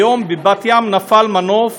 היום בבת-ים נפל מנוף